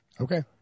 Okay